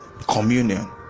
communion